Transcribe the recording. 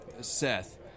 Seth